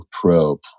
Pro